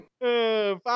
Five